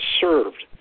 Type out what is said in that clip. served